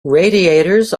radiators